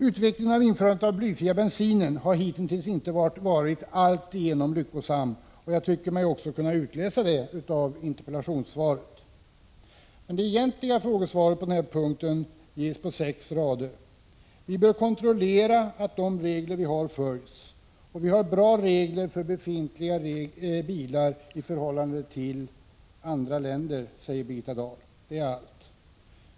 Utvecklingen när det gäller införandet av blyfri bensin har hittills inte varit alltigenom lyckosam, och jag tycker mig också kunna utläsa det av interpellationssvaret. Det egentliga frågesvaret på den här punkten ges på sex rader. Vi bör kontrollera att de regler vi har följs, och Sverige har bra regler för befintliga bilar i förhållande till andra länder, säger Birgitta Dahl. Det är allt.